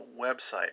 website